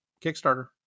Kickstarter